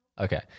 Okay